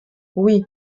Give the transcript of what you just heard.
oui